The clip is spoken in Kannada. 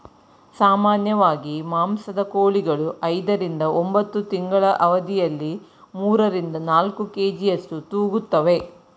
ಸಾಮಾನ್ಯವಾಗಿ ಮಾಂಸದ ಕೋಳಿಗಳು ಐದರಿಂದ ಒಂಬತ್ತು ತಿಂಗಳ ಅವಧಿಯಲ್ಲಿ ಮೂರರಿಂದ ನಾಲ್ಕು ಕೆ.ಜಿಯಷ್ಟು ತೂಗುತ್ತುವೆ